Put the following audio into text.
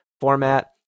format